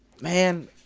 Man